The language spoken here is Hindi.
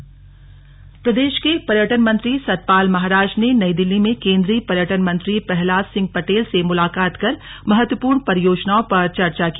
पर्यटन मंत्री मुलाकात प्रदेश के पर्यटन मंत्री सतपाल महाराज ने नई दिल्ली में केन्द्रीय पर्यटन मंत्री प्रहलाद सिंह पटेल से मुलाकात कर महत्वपूर्ण परियोजनाओं पर चर्चा की